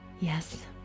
Yes